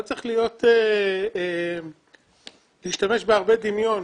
לא צריך להשתמש בהרבה דמיון.